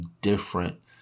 different